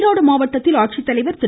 ஈரோடு மாவட்டத்தில் ஆட்சித்தலைவர் திரு